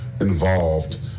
involved